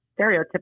stereotypical